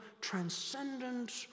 transcendent